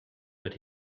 but